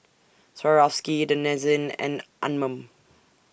Swarovski Denizen and Anmum